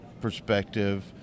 perspective